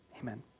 Amen